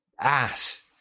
ass